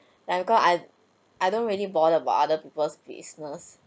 ya because I I don't really bother about other people's business